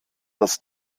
das